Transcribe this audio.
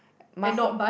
my whole